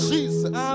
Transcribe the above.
Jesus